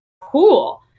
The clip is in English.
cool